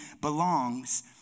belongs